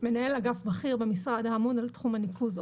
מנהל אגף בכיר במשרד האמון על תחום הניקוז,